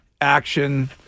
action